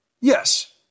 Yes